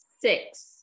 Six